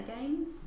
games